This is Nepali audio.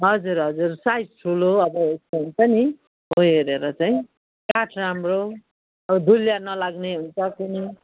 हजुर हजुर साइज ठुलो अब यस्तो हुन्छ नि हो यो हेरेर चाहिँ काठ राम्रो अब धुल्या नलाग्ने हुन्छ कुनै